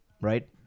right